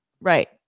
Right